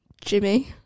Jimmy